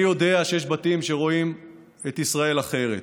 אני יודע שיש בתים שבהם רואים את ישראל אחרת.